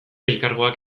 elkargoak